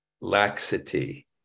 laxity